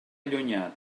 allunyat